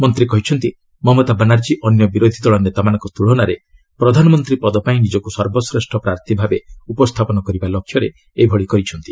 ମନ୍ତ୍ରୀ କହିଛନ୍ତି ମମତା ବାନାର୍ଜୀ ଅନ୍ୟ ବିରୋଧୀଦଳ ନେତାମାନଙ୍କ ତୁଳନାରେ ପ୍ରଧାନମନ୍ତ୍ରୀ ପଦ ପାଇଁ ନିଜକୁ ସର୍ବଶ୍ରେଷ୍ଠ ପ୍ରାର୍ଥୀ ଭାବେ ଉପସ୍ଥାପନ କରିବା ଲକ୍ଷ୍ୟରେ ଏଭଳି କରିଛନ୍ତି